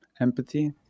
empathy